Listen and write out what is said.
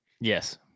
Yes